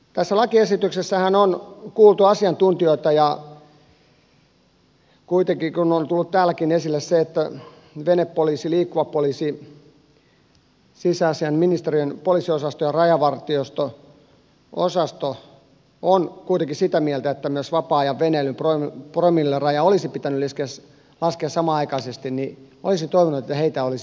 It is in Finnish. tässä lakiesityksessähän on kuultu asiantuntijoita ja kuitenkin kun on tullut täälläkin esille se että venepoliisi liikkuva poliisi sisäasianministeriön poliisiosasto ja rajavartiosto osasto ovat kuitenkin sitä mieltä että myös vapaa ajan veneilyn promilleraja olisi pitänyt laskea samanaikaisesti niin olisin toivonut että heitä olisi kuultu